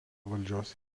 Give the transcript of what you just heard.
valdžios